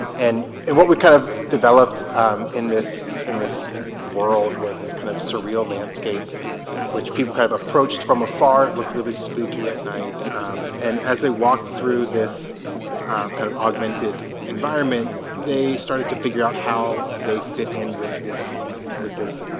and and what we kind of developed in this in this world was this kind of surreal landscape which people kind of approached from afar it looked really spooky at night and as they walked through this kind of augmented environment they started to figure out how they fit in with this with this